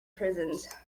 prisons